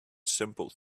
simple